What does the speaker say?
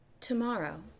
tomorrow